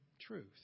truth